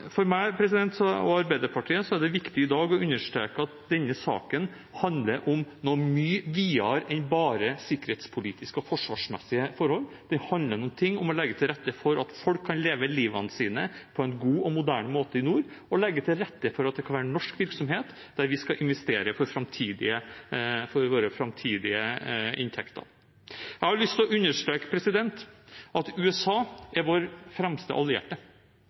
For meg og Arbeiderpartiet er det i dag viktig å understreke at denne saken handler om noe mye videre enn bare sikkerhetspolitiske og forsvarsmessige forhold. Den handler om å legge til rette for at folk kan leve livene sine på en god og moderne måte i nord, og det handler om å legge til rette for at det kan være norsk virksomhet der vi skal investere for våre framtidige inntekter. Jeg har lyst til å understreke at USA er vår fremste allierte